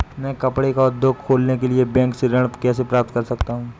मैं कपड़े का उद्योग खोलने के लिए बैंक से ऋण कैसे प्राप्त कर सकता हूँ?